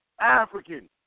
African